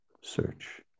search